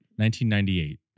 1998